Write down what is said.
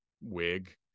wig